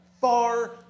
far